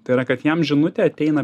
tai yra kad jam žinutė ateina